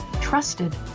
trusted